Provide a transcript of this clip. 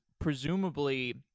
presumably